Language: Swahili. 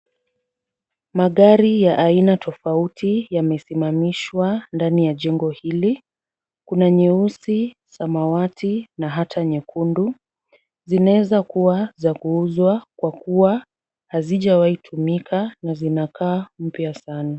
Magari ya aina tofauti yamesimamishwa ndani ya jengo hili. Kuna nyeusi, samawati na hata nyekundu. Zinaweza kuwa za kuuzwa kwa kuwa hazijawahi tumika na zinakaa mpya sana.